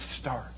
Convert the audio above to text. start